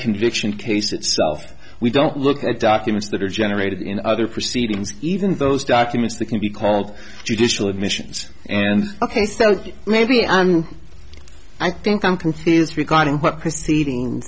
conviction case itself we don't look at documents that are generated in other proceedings even those documents that can be called judicial admissions and ok so maybe i'm i think company is recording what proceedings